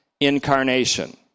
incarnation